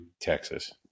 Texas